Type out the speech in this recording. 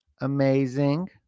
amazing